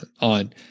on